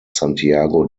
santiago